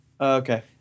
okay